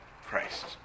Christ